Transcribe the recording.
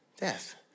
death